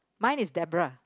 mine is Debra